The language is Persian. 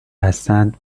هستند